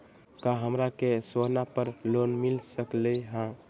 का हमरा के सोना पर लोन मिल सकलई ह?